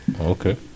Okay